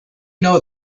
know